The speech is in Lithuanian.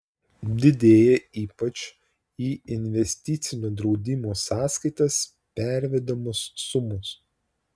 didėja ypač į investicinio draudimo sąskaitas pervedamos sumos